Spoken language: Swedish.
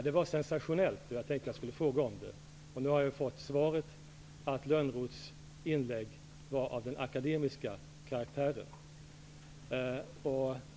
Det var sensationellt, och jag tänkte att jag skulle fråga om det, men nu har vi fått det beskedet att Lönnroths inlägg var av akademisk karaktär.